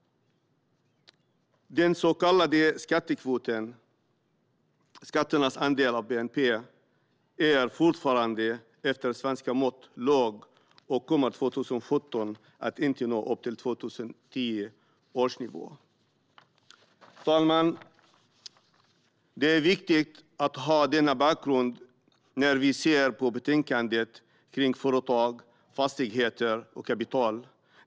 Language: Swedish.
Den så kallade skattekvoten, skatternas andel av bnp, är fortfarande med svenska mått mätt låg och kommer 2017 inte att nå upp till nivån för 2010. Fru talman! Det är viktigt att ha denna bakgrund när vi ser på betänkandet kring företag, fastigheter och kapital.